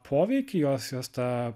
poveikį jos jos tą